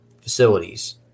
facilities